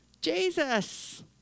jesus